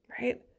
Right